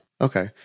Okay